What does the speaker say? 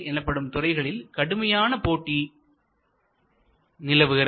எனப்படும் துறைகளில் கடுமையான போட்டி நிலவுகிறது